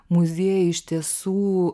muziejai iš tiesų